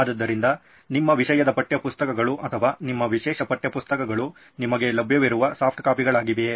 ಆದ್ದರಿಂದ ನಿಮ್ಮ ವಿಷಯದ ಪಠ್ಯಪುಸ್ತಕಗಳು ಅಥವಾ ನಿಮ್ಮ ವಿಶೇಷ ಪಠ್ಯಪುಸ್ತಕಗಳು ನಿಮಗೆ ಲಭ್ಯವಿರುವ ಸಾಫ್ಟ್ಕಾಪಿಗಳಾಗಿವೆಯೇ